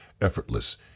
effortless